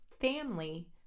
family